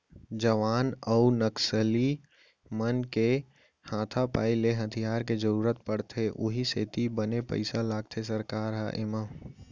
जवान अउ नक्सली मन के हाथापाई ले हथियार के जरुरत पड़थे उहीं सेती बने पइसा लगाथे सरकार ह एमा